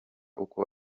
uko